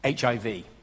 HIV